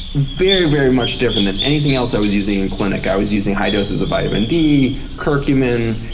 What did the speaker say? very, very much different than anything else i was using in clinic. i was using high doses of vitamin d, curcumin,